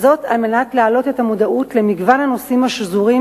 וזאת על מנת להעלות את המודעות למגוון הנושאים השזורים